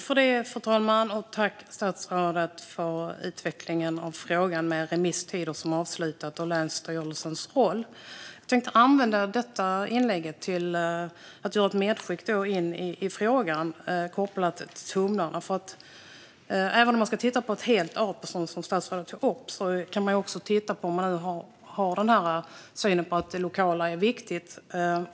Fru talman! Tack för utvecklingen av svaret, statsrådet, gällande remisstider som avslutats och länsstyrelsens roll! Jag tänkte använda detta inlägg till att göra ett medskick i frågan kopplat till tumlarna. Även om man ska titta på ett helt artbestånd, vilket statsrådet tog upp, kan man också titta på det lokala om man nu har synen att det är viktigt.